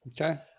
Okay